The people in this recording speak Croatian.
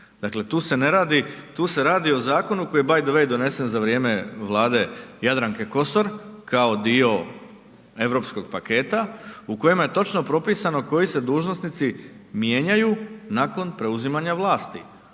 Dakle, tu se radi o zakonu koji je btw. donesen za vrijeme Vlade Jadranke Kosor kao dio europskog paketa u kojima je točno propisano koji se dužnosnici mijenjaju nakon preuzimanja vlasti.